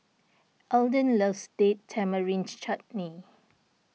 Elden loves Date Tamarind Chutney